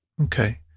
Okay